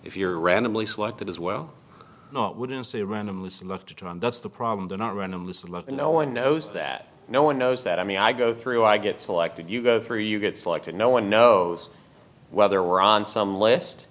if you're randomly selected as well not wouldn't say randomly selected to on that's the problem they're not randomly selected no one knows that no one knows that i mean i go through i get selected you go free you get selected no one knows whether we're on some list